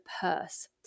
Purse